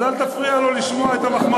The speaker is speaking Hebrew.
אז אל תפריע לו לשמוע את המחמאות.